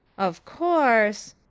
of course,